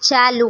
ચાલુ